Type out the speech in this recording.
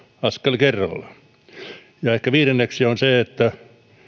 askel kerrallaan ja ehkä viidenneksi se että